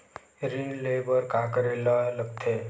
ऋण ले बर का करे ला लगथे?